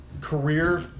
career